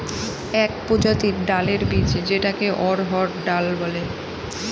এক প্রজাতির ডালের বীজ যেটাকে অড়হর ডাল বলে